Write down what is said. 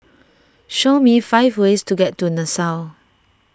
show me five ways to get to Nassau